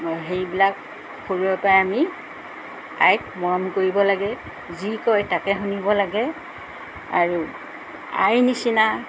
সেইবিলাক সৰুৰেপৰাই আমি আইক মৰম কৰিব লাগে যি কয় তাকে শুনিব লাগে আৰু আইৰ নিচিনা